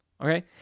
okay